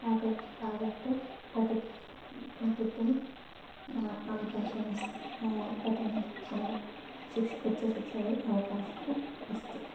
आगत्य आगत्य पठितुं पठितुम् अवकाशः अस्ति पठनात् शिक्षा उच्चशिक्षायै अवकाशः अस्ति